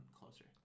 closer